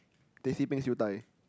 teh C Peng siew dai